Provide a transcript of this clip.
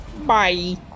Bye